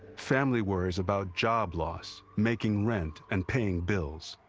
family worries about job loss, making rent and paying bills,